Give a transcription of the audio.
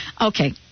okay